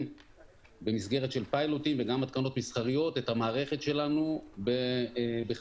במסגרת של פיילוטים וגם התקנות מסחריות את המערכת שלנו בחברות.